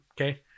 Okay